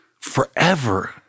Forever